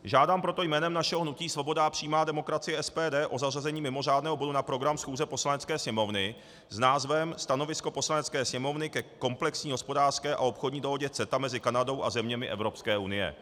Žádám proto jménem našeho hnutí Svoboda a přímá demokracie SPD o zařazení mimořádného bodu na program schůze Poslanecké sněmovny s názvem Stanovisko Poslanecké sněmovny ke komplexní hospodářské a obchodní dohodě CETA mezi Kanadou a zeměmi Evropské unie.